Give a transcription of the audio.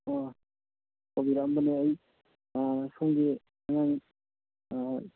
ꯑꯣ ꯇꯧꯕꯤꯔꯛꯑꯝꯕꯅꯦ ꯑꯩ ꯁꯣꯝꯒꯤ ꯑꯉꯥꯡ